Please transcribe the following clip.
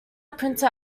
printer